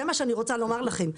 זה מה שאני רוצה לומר לכם.